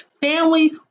Family